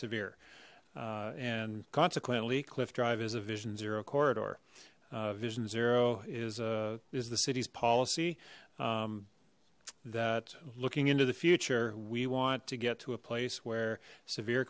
severe and consequently cliff drive is a vision zero corridor vision zero is a is the city's policy um that looking into the future we want to get to a place where severe